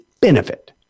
benefit